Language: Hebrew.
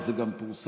וזה גם פורסם.